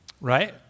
Right